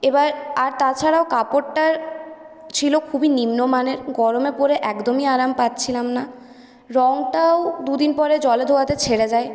এবার আর তাছাড়াও কাপড়টা ছিল খুবই নিম্নমানের গরমে পরে একদমই আরাম পাচ্ছিলাম না রংটাও দুদিন পরে জলে ধোয়াতে ছেড়ে যায়